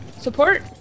Support